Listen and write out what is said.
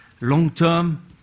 Long-term